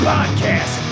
Podcast